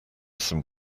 some